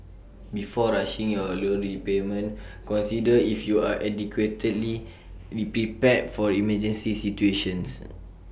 before rushing your loan repayment consider if you are adequately prepared for emergency situations